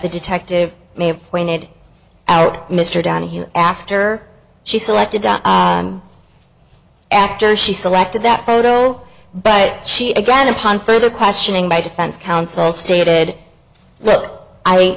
the detective may have pointed out mr donahue after she selected after she selected that photo but she began upon further questioning by defense counsel stated w